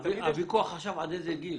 הוויכוח עכשיו הוא עד איזה גיל?